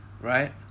right